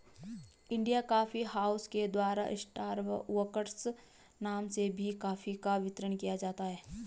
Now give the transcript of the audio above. India coffee house के द्वारा Starbucks नाम से भी कॉफी का वितरण किया जाता है